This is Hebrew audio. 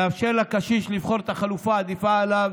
לאחר מכן אני רואה את הבוס שלו נכנס לכאן,